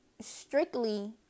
strictly